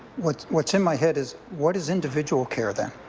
what's what's in my head is what is individual care then?